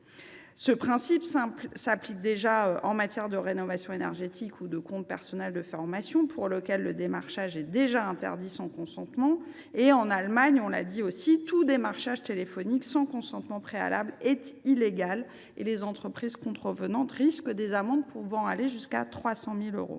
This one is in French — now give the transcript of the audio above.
tel régime s’applique déjà en matière de rénovation énergétique ou de compte personnel de formation, pour lesquels tout démarchage est interdit sans consentement. En Allemagne, tout démarchage téléphonique sans consentement préalable est illégal et les entreprises contrevenantes risquent des amendes pouvant aller jusqu’à 300 000 euros.